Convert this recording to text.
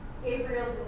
Gabriel's